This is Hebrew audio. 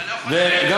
אבל אתה לא יכול, זה גם